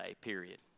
period